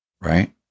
right